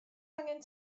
angen